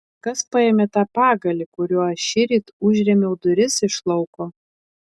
kas paėmė tą pagalį kuriuo aš šįryt užrėmiau duris iš lauko